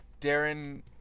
Darren